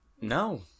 No